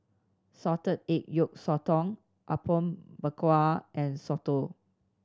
salted egg yolk sotong Apom Berkuah and soto